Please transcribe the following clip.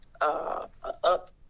up